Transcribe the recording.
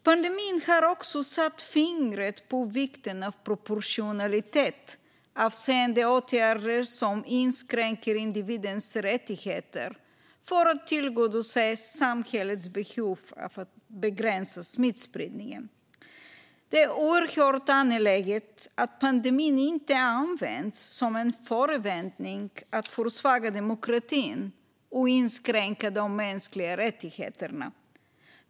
Pandemin har också satt fingret på vikten av proportionalitet avseende åtgärder som inskränker individens rättigheter för att tillgodose samhällets behov av att begränsa smittspridningen. Det är oerhört angeläget att pandemin inte används som en förevändning att försvaga demokratin och inskränka de mänskliga rättigheterna.